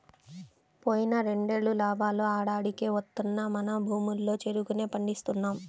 పోయిన రెండేళ్ళు లాభాలు ఆడాడికే వత్తన్నా మన భూముల్లో చెరుకునే పండిస్తున్నాం